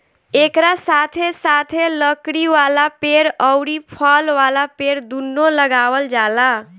एकरा साथे साथे लकड़ी वाला पेड़ अउरी फल वाला पेड़ दूनो लगावल जाला